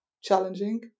challenging